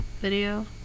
video